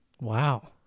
Wow